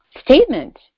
statement